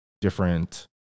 different